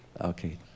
okay